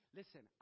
listen